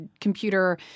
computer